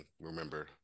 remember